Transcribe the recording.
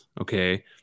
okay